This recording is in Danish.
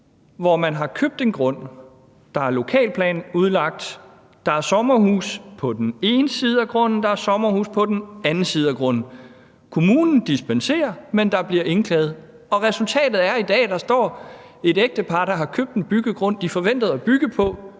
har man købt en grund, der er lokalplanudlagt, der er sommerhuse på den ene side af grunden, og der er sommerhuse på den anden side af grunden, kommunen dispenserer, men der bliver indklaget, og resultatet er, at der i dag står et ægtepar, der har købt en byggegrund, de forventede at bygge på,